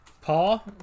Paul